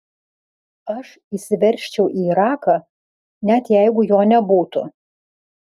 aš įsiveržčiau į iraką net jeigu jo nebūtų